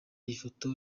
ifoto